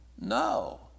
No